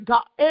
God